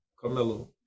Carmelo